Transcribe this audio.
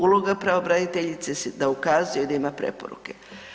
Uloga pravobraniteljice je da ukazuje i da ima preporuke.